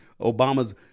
Obama's